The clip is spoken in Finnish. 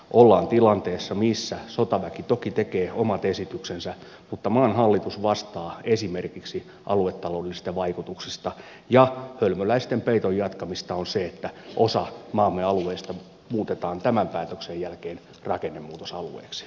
ollaan tilanteessa missä sotaväki toki tekee omat esityksensä mutta maan hallitus vastaa esimerkiksi aluetaloudellisista vaikutuksista ja hölmöläisten peiton jatkamista on se että osa maamme alueista muutetaan tämän päätöksen jälkeen rakennemuutosalueiksi